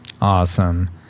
Awesome